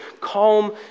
calm